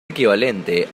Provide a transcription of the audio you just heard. equivalente